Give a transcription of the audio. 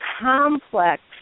complex